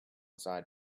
side